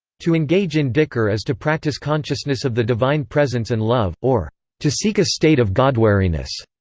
to engage in dhikr is to practice consciousness of the divine presence and love, or to seek a state of godwariness.